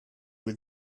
was